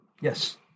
Yes